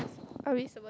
are we supposed